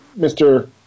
Mr